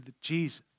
Jesus